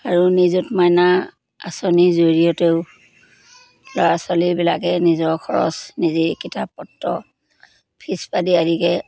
আৰু নিযুত মাইনা আঁচনিৰ জৰিয়তেও ল'ৰা ছোৱালীবিলাকে নিজৰ খৰচ নিজেই কিতাপ পত্ৰ ফিজ পাতি আদিকে